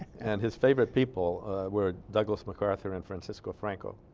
and his favorite people were douglas macarthur and francisco franco